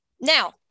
Now